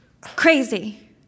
Crazy